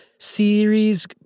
series